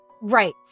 Right